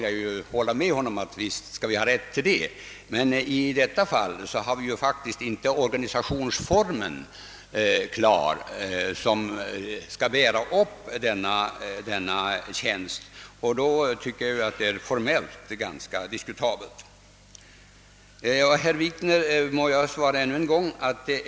Jag kan hålla med honom om att vi bör ha en sådan rätt, men i det fall han åsyftade har vi inte den organisationsform klar, i vilken denna tjänst skall ingå, och då är det även formellt diskutabelt att utnyttja en sådan suveränitet.